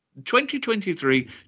2023